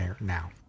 now